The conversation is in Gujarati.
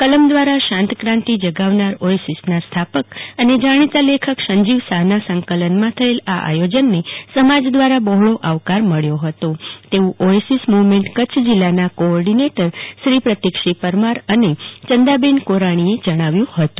કલમ દવારા શાંત ક્રાંતિ જગાવનાર લખક અને ઓએસીસના સ્થાપક શ્રો સંજીવ શાહનો સંકલનમાં થયેલ આ આયોજનની સમાજ દવારા બહોળો આવકાર મળ્યો હતો તેવું ઓએસીસ મુવમેન્ટ કચ્છ જિલ્લાના કોઓર્ડીનેટર પ્રતિકસિંહ પરમાર અને ચંદાબેન કોરાણીએ જણાવ્યું હતું